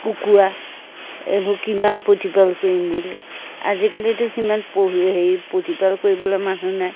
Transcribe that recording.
কুকুৰা এইবোৰ কিমান প্ৰতিপাল কৰিম বুলি আজিকালিতো সিমান পোহি হেৰি প্ৰতিপাল কৰিবলৈ মানুহ নাই